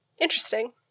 Interesting